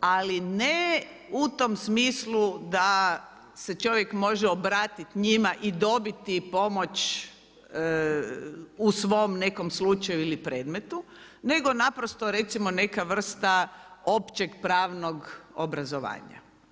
ali ne u tom smislu da se čovjek može obratiti njima i dobiti pomoć u svom nekom slučaju ili predmetu, nego naprosto, recimo neka vrsta općeg pravnog obrazovanja.